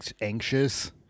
anxious